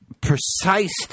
precise